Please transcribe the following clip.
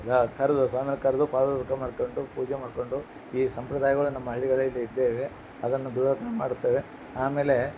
ಕರೆದು ಸ್ವಾಮಿಯರ್ ಕರೆದು ಪಾದೋದಕ ಮಾಡಿಕೊಂಡು ಪೂಜೆ ಮಾಡಿಕೊಂಡು ಈ ಸಂಪ್ರದಾಯಗಳು ನಮ್ಮ ಹಳ್ಳಿಗಳಲ್ಲಿ ಇದ್ದೇ ಇವೆ ಅದನ್ನು ಮಾಡುತ್ತೇವೆ ಆಮೇಲೆ